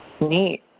Neat